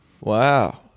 Wow